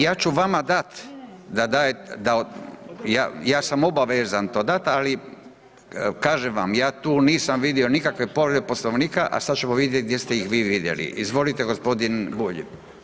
Ja ću vam dat, ja sam obavezan to dat ali kažem vam, ja tu nisam vidio nikakve povrede Poslovnika a sad ćemo vidjeti gdje ste ih vi vidjeli, izvolite g. Bulj.